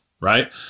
right